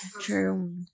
True